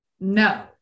no